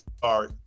sorry